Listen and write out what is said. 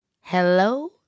Hello